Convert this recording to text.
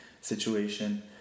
situation